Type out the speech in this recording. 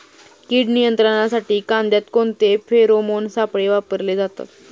कीड नियंत्रणासाठी कांद्यात कोणते फेरोमोन सापळे वापरले जातात?